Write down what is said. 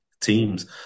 teams